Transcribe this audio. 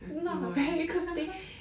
怎么 leh